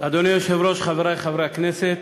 אדוני היושב-ראש, חברי חברי הכנסת,